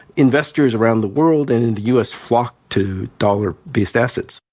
investors around the world and in the u s. flock to dollar-based assets.